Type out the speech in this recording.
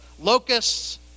locusts